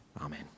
Amen